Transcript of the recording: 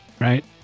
right